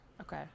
okay